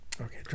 Okay